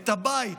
את הבית,